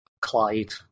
Clyde